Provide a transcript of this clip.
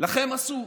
לכם אסור?